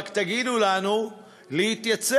רק תגידו לנו להתייצב,